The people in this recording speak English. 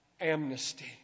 Amnesty